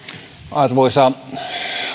arvoisa